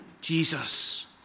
Jesus